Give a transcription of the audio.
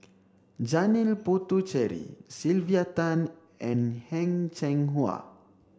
Janil Puthucheary Sylvia Tan and Heng Cheng Hwa